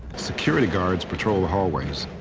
security guards patrol the hallways.